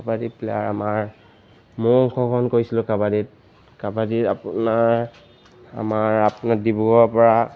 kabaddi player আমাৰ মইয়ো অংশগ্ৰহণ কৰিছিলোঁ কাবাডীত কাবাডীত আপোনাৰ আমাৰ আপোনাৰ ডিব্ৰুগড়ৰ পৰা